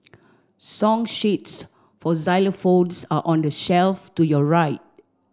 song sheets for xylophones are on the shelf to your right